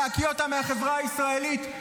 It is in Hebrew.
להקיא אותם מהחברה הישראלית.